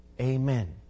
Amen